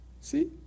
See